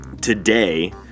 Today